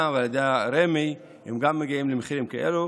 ועל ידי רמ"י גם מגיעים למחירים כאלה,